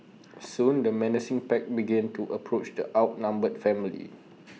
soon the menacing pack began to approach the outnumbered family